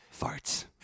Farts